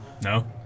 No